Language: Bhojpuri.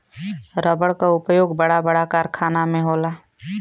रबड़ क उपयोग बड़ा बड़ा कारखाना में होला